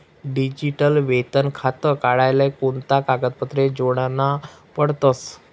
Digital वेतन खातं काढाले कोणता कागदपत्रे जोडना पडतसं?